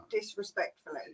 Disrespectfully